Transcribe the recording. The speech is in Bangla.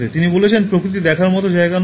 তিনি বলেছেন "প্রকৃতি দেখার মতো জায়গা নয়